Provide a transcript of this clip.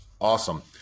Awesome